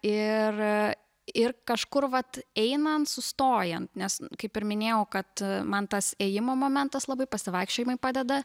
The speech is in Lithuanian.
ir ir kažkur vat einant sustojant nes kaip ir minėjau kad man tas ėjimo momentas labai pasivaikščiojimai padeda